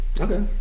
okay